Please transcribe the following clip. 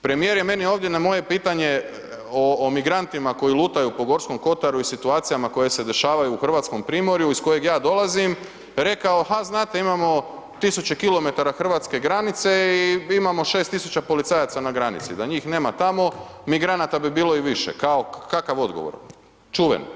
Premijer je meni ovdje na moje pitanje o migrantima koji lutaju po G. kotaru i situacijama koje se dešavaju u Hrvatskom primorju iz kojeg ja dolazim, rekao ha, znate, imamo tisuće kilometara hrvatske granice i imamo 6000 policajaca na granici, da njih nema tamo, migranata bi bilo i više, kao kakav odgovor, čuveni.